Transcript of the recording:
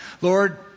Lord